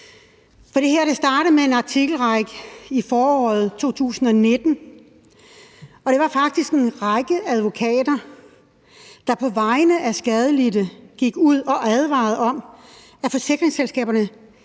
det her startede med en artikelrække i foråret 2019. Det var faktisk en række advokater, der på vegne af skadelidte gik ud og advarede om, at forsikringsselskaberne